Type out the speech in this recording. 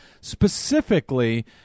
specifically